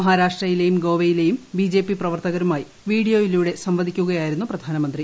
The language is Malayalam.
മഹാരാഷ്ട്രയിലേയും ഗോവയിലെയും ബി ജെ പി പ്രവർത്തകരുമായി വീഡിയോയിലൂടെ സംവദിക്കുകയായിരുന്നു പ്രധാനമന്ത്രി